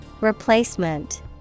Replacement